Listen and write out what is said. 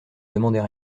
demandait